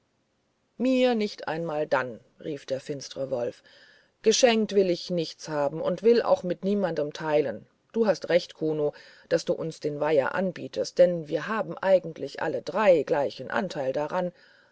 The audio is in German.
mir nicht einmal dann rief der finstre wolf geschenkt will ich nichts haben und will auch mit niemand teilen du hast recht kuno daß du uns den weiher anbietest denn wir haben eigentlich alle drei gleichen anteil daran